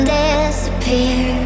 disappear